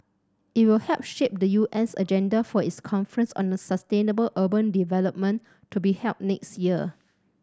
it will help shape the UN's agenda for its conference on the sustainable urban development to be held next year